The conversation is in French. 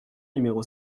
numéro